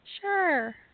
Sure